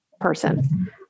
person